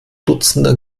dutzender